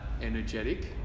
energetic